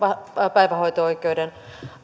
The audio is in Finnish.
päivähoito oikeuden